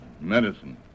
medicine